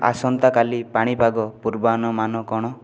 ଆସନ୍ତାକାଲି ପାଣିପାଗ ପୂର୍ବାନୁମାନ କ'ଣ